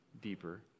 deeper